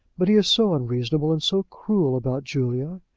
but he is so unreasonable, and so cruel about julia.